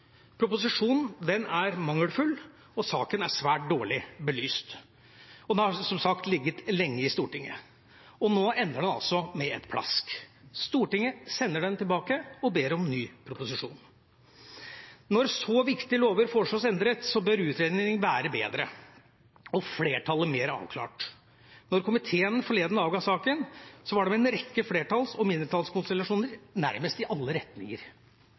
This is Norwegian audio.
Proposisjonen er mangelfull, og saken er svært dårlig belyst. Den har som sagt ligget lenge i Stortinget, og nå ender den altså med et plask. Stortinget sender den tilbake og ber om ny proposisjon. Når så viktige lover foreslås endret, bør utredningen være bedre og flertallet mer avklart. Da komiteen forleden avga saken, var det en rekke flertalls- og mindretallskonstellasjoner nærmest i alle retninger.